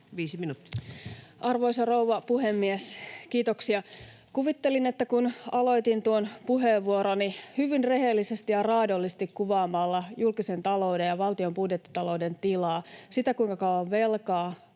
Arvoisa rouva puhemies! Kiitoksia. Kun aloitin tuon puheenvuoroni hyvin rehellisesti ja raadollisesti kuvaamalla julkisen talouden ja valtion budjettitalouden tilaa, sitä, kuinka kauan velkaa